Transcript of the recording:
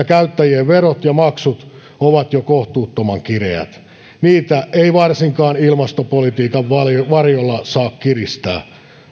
käyttäjien verot ja maksut ovat jo kohtuuttoman kireät niitä ei varsinkaan ilmastopolitiikan varjolla saa kiristää